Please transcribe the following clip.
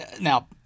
Now